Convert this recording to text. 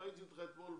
ראיתי אותך אתמול.